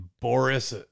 Boris